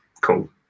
cool